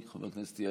חבר הכנסת אחמד טיבי,